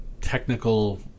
technical